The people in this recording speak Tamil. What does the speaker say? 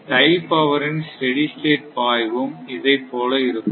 டை பவர் ன் ஸ்டெடி ஸ்டேட் பாய்வும் இதை போல இருக்கும்